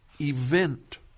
event